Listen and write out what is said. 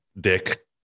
Dick